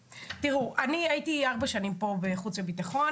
הייתי ארבע שנים בוועדת החוץ והביטחון